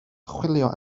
chwilio